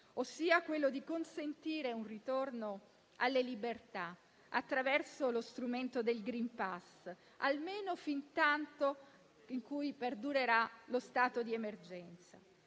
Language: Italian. volta a consentire un ritorno alle libertà attraverso lo strumento del *green pass,* almeno finché perdurerà lo stato di emergenza.